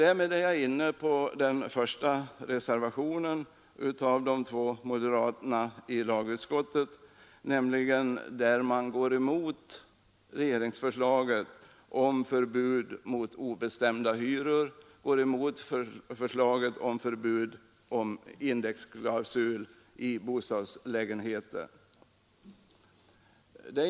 Därmed är jag inne på den första reservationen av de två moderaterna i lagutskottet, nämligen den där man går emot regeringsförslaget om förbud mot obestämda hyror och går emot förslaget om förbud mot indexklausul i bostadslägenheter.